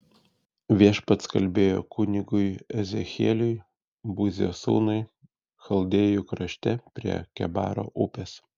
viešpats kalbėjo kunigui ezechieliui buzio sūnui chaldėjų krašte prie kebaro upės